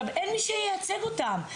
אין מי שייצג אותם.